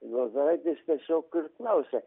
juozaitis tiesiog ir klausia